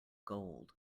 gold